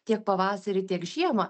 tiek pavasarį tiek žiemą